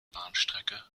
bahnstrecke